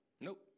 Nope